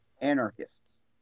anarchists